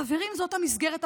חברים, זאת המסגרת החוקית,